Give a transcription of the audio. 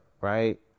Right